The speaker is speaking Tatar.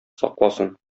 сакласын